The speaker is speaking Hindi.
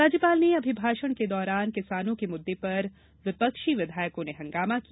राज्यपाल के अभिभाषण के दौरान किसानों के मुद्दे पर विपक्षी विधायकों ने हंगामा किया